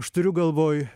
aš turiu galvoj